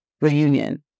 reunion